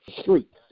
Street